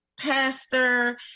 pastor